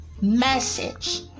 message